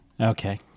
Okay